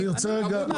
אני רוצה להבין: